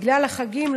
בגלל החגים,